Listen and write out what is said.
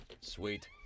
Sweet